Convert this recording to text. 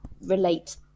relate